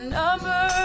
number